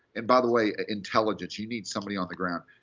and by the way, intelligence. you need somebody on the ground.